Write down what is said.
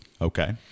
Okay